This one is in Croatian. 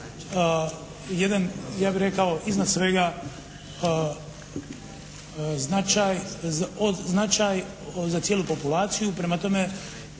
jedan ja bih rekao iznad svega značaj za cijelu populaciju. Prema tome,